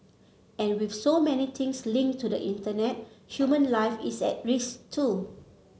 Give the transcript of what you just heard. and with so many things linked to the Internet human life is at risk too